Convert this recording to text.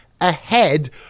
ahead